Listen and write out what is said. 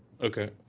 Okay